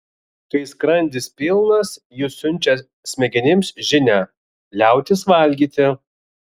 kai skrandis pilnas jis siunčia smegenims žinią liautis valgyti